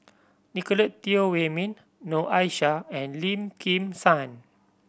Nicolette Teo Wei Min Noor Aishah and Lim Kim San